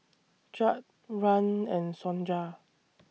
Chadd Rahn and Sonja